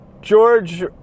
George